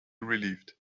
relieved